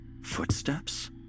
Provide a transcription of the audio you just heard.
Footsteps